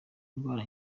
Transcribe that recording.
indwara